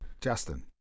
Justin